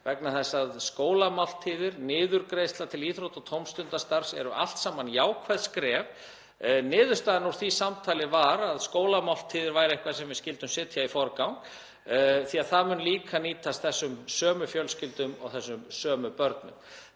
vegna þess að skólamáltíðir og niðurgreiðsla til íþrótta- og tómstundastarfs eru allt saman jákvæð skref. Niðurstaðan úr því samtali var að skólamáltíðir væru eitthvað sem við skyldum setja í forgang því að það mun líka nýtast þessum sömu fjölskyldum og þessum sömu börnum.